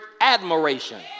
admiration